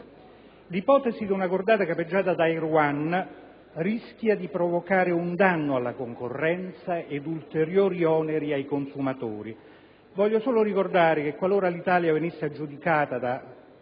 L'ipotesi di una cordata capeggiata da Air One rischia di provocare un danno alla concorrenza ed ulteriori oneri ai consumatori. Voglio solo ricordare che qualora Alitalia venisse aggiudicata alla